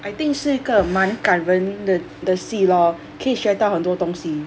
I think 是一个满感人的的戏 lor 可以学到很多东西